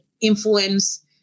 influence